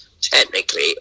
technically